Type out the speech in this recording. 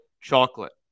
chocolate